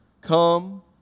come